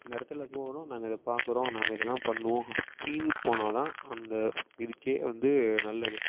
இந்த இடத்துல போகிறோம் நாங்கள் அதை பார்க்குறோம் நாங்கள் இதெல்லாம் பண்ணுவோம் அப்படின்னு போனால்தான் அந்த இதுக்கே வந்து நல்லது